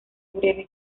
breve